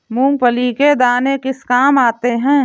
मूंगफली के दाने किस किस काम आते हैं?